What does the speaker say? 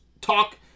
talk